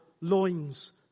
loins